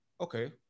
okay